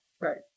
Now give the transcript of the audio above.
Right